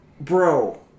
Bro